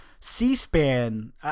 C-SPAN